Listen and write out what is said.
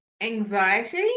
anxiety